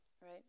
right